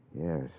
Yes